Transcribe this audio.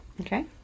Okay